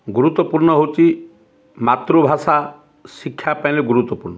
ଗୁରୁତ୍ୱପୂର୍ଣ ହେଉଛି ମାତୃଭାଷା ଶିକ୍ଷା ପାଇଁଲେ ଗୁରୁତ୍ୱପୂର୍ଣ୍ଣ